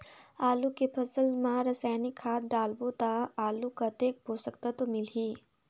आलू के फसल मा रसायनिक खाद डालबो ता आलू कतेक पोषक तत्व मिलही?